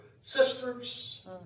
sisters